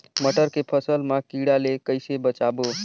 मटर के फसल मा कीड़ा ले कइसे बचाबो?